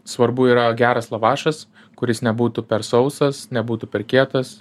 svarbu yra geras lavašas kuris nebūtų per sausas nebūtų per kietas